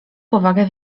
powagę